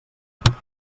rega